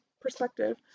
perspective